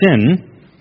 sin